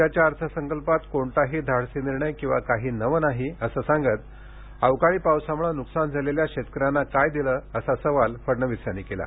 राज्याच्या अर्थसंकल्पात कोणताही धाडसी निर्णय किंवा काहीही नवे नाही असे सांगत अवकाळी पावसामुळे नुकसान झालेल्या शेतकऱ्यांना काय दिले असा सवाल फडणवीस यांनी केला